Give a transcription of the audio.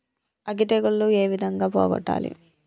అగ్గి తెగులు ఏ విధంగా పోగొట్టాలి?